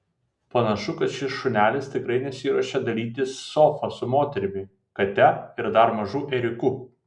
panašu kad šis šunelis tikrai nesiruošia dalytis sofa su moterimi kate ir dar mažu ėriuku